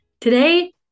Today